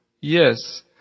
Yes